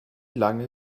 lange